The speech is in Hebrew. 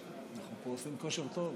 אנחנו לא מפעילים את השעונים.